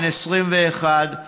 בן 21,